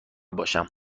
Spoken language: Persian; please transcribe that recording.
باشم